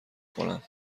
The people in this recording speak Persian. کنم